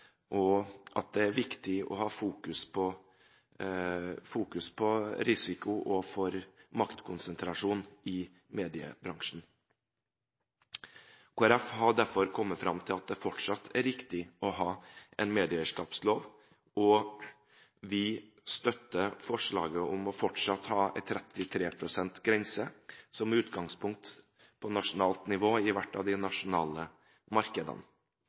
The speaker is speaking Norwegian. til at det er viktig å fokusere på risiko for maktkonsentrasjon i mediebransjen. Kristelig Folkeparti har derfor kommet fram til at det fortsatt er riktig å ha en medieeierskapslov, og vi støtter forslaget om å beholde 33. pst-grensen som utgangspunkt på nasjonalt nivå i hvert av de nasjonale markedene.